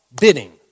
bidding